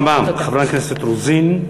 תודה רבה, חברת הכנסת רוזין.